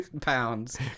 pounds